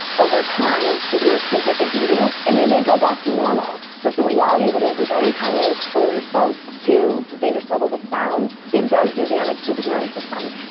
over time the ears can take a beating and they may go back to normal, but the reality of it is is anytime you exposure yourself to dangerous levels of sound, it does do damage to the hearing system